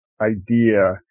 idea